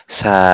sa